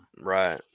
Right